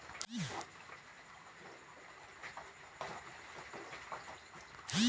हम अपने खाता से दोसर के खाता में पैसा कइसे भेजबै?